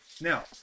Now